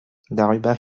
darüber